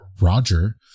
Roger